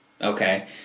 okay